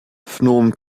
phnom